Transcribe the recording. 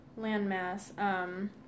landmass